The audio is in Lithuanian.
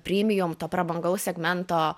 primium to prabangaus segmento